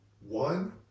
One